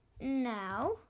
Now